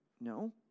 no